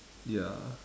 ya